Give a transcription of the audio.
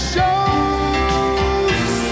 shows